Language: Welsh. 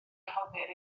rhoddir